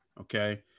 Okay